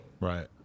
Right